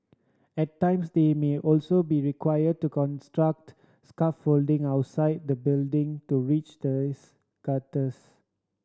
at times they may also be required to construct scaffolding outside the building to reach the these gutters